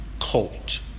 colt